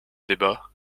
débats